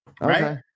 right